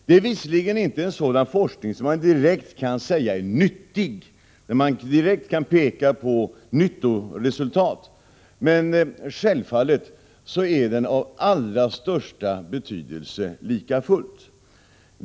Det är visserligen inte en sådan forskning som man direkt kan säga är nyttig, där man direkt kan peka på nyttoresultat, men självfallet är den lika fullt av allra största betydelse.